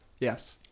yes